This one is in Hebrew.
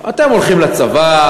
אתם הולכים לצבא,